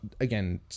again